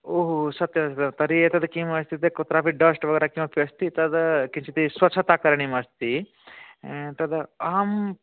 ओ हो सत्यं तर्हि एतत् किम् इत्युक्ते कुत्रापि डस्ट् किमपि अस्ति तदा किञ्चित् स्वच्छता करणीयं अस्ति तदहम्